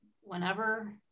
whenever